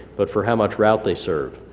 but for how much route they serve,